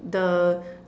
the